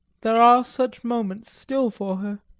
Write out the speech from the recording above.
there are such moments still for her.